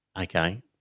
okay